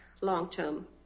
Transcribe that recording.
long-term